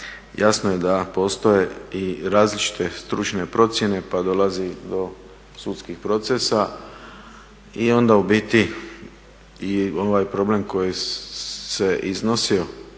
jasno je da postoje i različite stručne procjene pa dolazi do sudskih procesa. I onda u biti i ovaj problem koji se iznosio